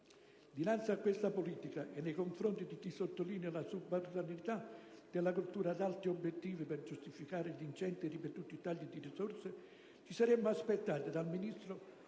Dinanzi a questa politica, e nei confronti di chi sottolinea la subalternità della cultura ad altri obiettivi per giustificare gli ingenti e ripetuti tagli di risorse, ci saremmo aspettati dal Ministro